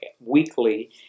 weekly